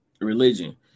religion